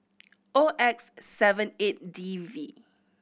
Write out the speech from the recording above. O X seven eight D V